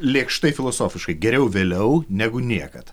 lėkštai filosofiškai geriau vėliau negu niekad